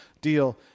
deal